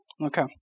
Okay